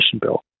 Bill